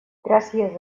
gràcies